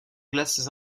glaces